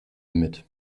mit